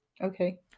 Okay